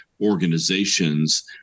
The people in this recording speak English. organizations